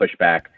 pushback